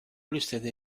listede